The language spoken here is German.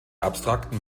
abstrakten